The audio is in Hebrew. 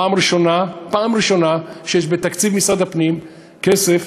פעם ראשונה שיש בתקציב משרד הפנים כסף,